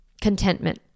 contentment